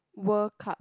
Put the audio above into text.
World Cup